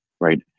right